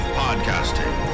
podcasting